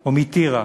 או מטירה,